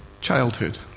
childhood